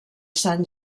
sant